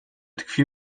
tkwi